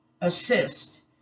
assist